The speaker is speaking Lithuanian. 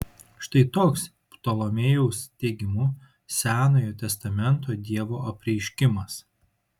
štai toks ptolomėjaus teigimu senojo testamento dievo apreiškimas